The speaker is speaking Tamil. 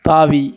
தாவி